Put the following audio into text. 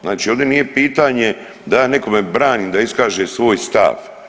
Znači ovdje nije pitanje da ja nekome branim da iskaže svoj stav.